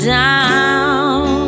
down